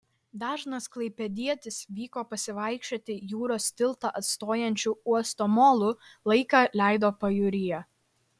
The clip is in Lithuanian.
dažnas klaipėdietis vyko pasivaikščioti jūros tiltą atstojančiu uosto molu laiką leido pajūryje